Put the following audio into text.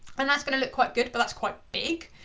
and that's gonna look quite good but that's quite big,